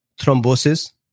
Thrombosis